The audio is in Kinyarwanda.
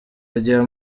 rya